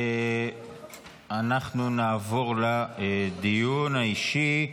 אנחנו נעבור לדיון האישי.